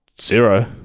Zero